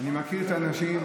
אני מכיר את האנשים,